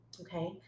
Okay